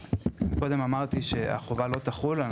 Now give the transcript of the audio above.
אמרתי מקודם שהחובה לא תחול.